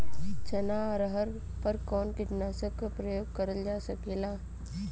चना अरहर पर कवन कीटनाशक क प्रयोग कर जा सकेला?